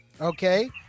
okay